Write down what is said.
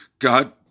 God